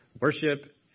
worship